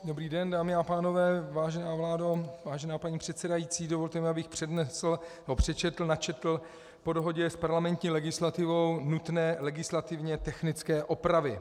Dobrý den, dámy a pánové, vážená vládo, vážená paní předsedající, dovolte mi, abych přečetl, načetl po dohodě s parlamentní legislativou nutné legislativně technické opravy.